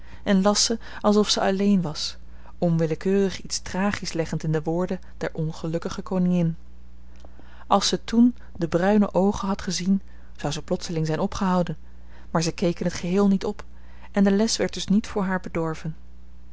en las ze alsof zij alleen was onwillekeurig iets tragisch leggend in de woorden der ongelukkige koningin als ze toen de bruine oogen had gezien zou ze plotseling zijn opgehouden maar ze keek in het geheel niet op en de les werd dus niet voor haar bedorven